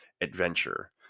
adventure